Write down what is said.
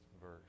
verse